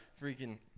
Freaking